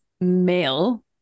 male